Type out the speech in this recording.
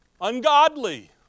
Ungodly